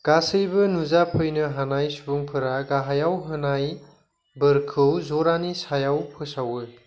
गासैबो नुजा फैनो हानाय सुबुंफोरा गाहायाव होनाय बोरखौ ज'रानि सायाव फोसावो